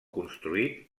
construït